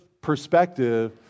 perspective